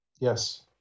Yes